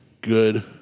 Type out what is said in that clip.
good